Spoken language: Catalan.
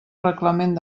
reglament